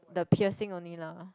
the piercing only lah